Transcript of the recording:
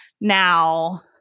now